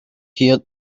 heard